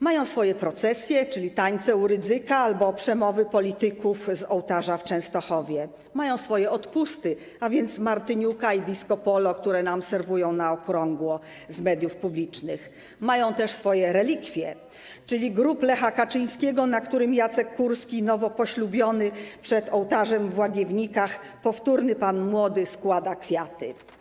Mają swoje procesje, czyli tańce u Rydzyka albo przemowy polityków z ołtarza w Częstochowie, mają swoje odpusty, a więc Martyniuka i disco polo, które nam serwują na okrągło z mediów publicznych, mają też swoje relikwie, czyli grób Lecha Kaczyńskiego, na którym Jacek Kurski nowo poślubiony przed ołtarzem w Łagiewnikach, powtórny pan młody, składa kwiaty.